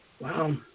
Wow